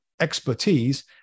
expertise